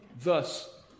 thus